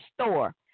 store